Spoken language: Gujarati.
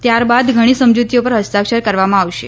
ત્યારબાદ ઘણી સમજૂતીઓ પર હસ્તાક્ષર કરવામાં આવશે